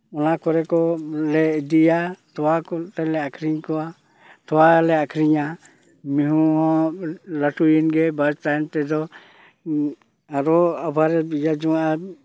ᱚᱱᱟ ᱠᱚᱨᱮ ᱠᱚ ᱞᱮ ᱤᱫᱤᱭᱟ ᱛᱚᱣᱟ ᱠᱚᱛᱮ ᱞᱮ ᱟᱹᱠᱷᱨᱤᱧ ᱠᱚᱣᱟ ᱛᱚᱣᱟ ᱞᱮ ᱟᱠᱷᱨᱤᱧᱟ ᱢᱤᱦᱩᱸ ᱦᱚᱸ ᱞᱟᱹᱴᱩᱭᱮᱱ ᱜᱮ ᱟᱵᱟᱨ ᱛᱟᱭᱚᱢ ᱛᱮᱫᱚ ᱟᱫᱚ ᱟᱵᱟᱨᱮ ᱤᱭᱟᱹ ᱡᱚᱝᱟᱜᱼᱟ